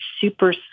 super